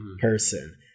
person